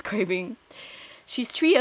she is three years